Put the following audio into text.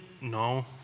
No